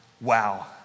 wow